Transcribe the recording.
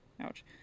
Ouch